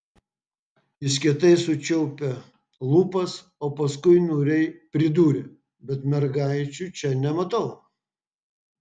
jis kietai sučiaupė lūpas o paskui niūriai pridūrė bet mergaičių čia nematau